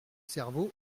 cerveau